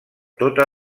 tota